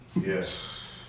Yes